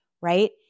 right